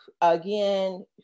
again